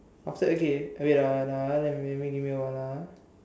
after okay wait ah ah let me give me a while lah